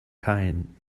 kine